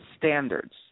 Standards